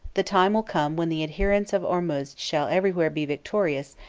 the time will come when the adherents of ormuzd shall everywhere be victorious,